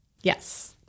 Yes